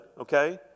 okay